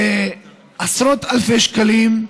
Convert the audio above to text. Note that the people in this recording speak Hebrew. זה עשרות אלפי שקלים.